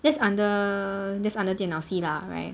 that's under that's under 电脑系 lah right